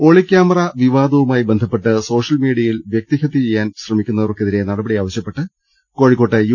ഒളിക്യാമറാ വിവാദവുമായി ബന്ധപ്പെട്ട് സോഷ്യൽ മീഡിയയിൽ വൃക്തി ഹത്യ ചെയ്യാൻ ശ്രമിക്കുന്ന വർക്കെതിരെ നടപടി ആവശ്യപ്പെട്ട് കോഴിക്കോട് യു